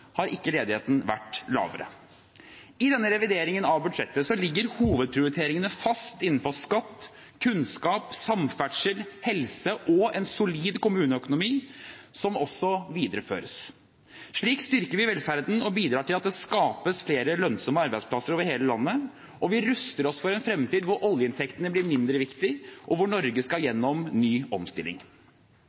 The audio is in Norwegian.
har ikke ledigheten vært lavere. I denne revideringen av budsjettet ligger hovedprioriteringene fast innenfor skatt, kunnskap, samferdsel, helse og en solid kommuneøkonomi, som også videreføres. Slik styrker vi velferden og bidrar til at det skapes flere lønnsomme arbeidsplasser over hele landet, og vi ruster oss for en fremtid hvor oljeinntektene blir mindre viktige, og hvor Norge skal gjennom ny omstilling.